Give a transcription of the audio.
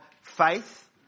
faith